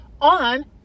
on